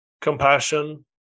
compassion